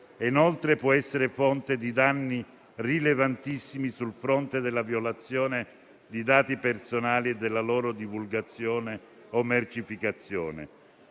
inoltre può essere fonte di danni rilevantissimi sul fronte della violazione di dati personali e della loro divulgazione o mercificazione.